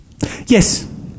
Yes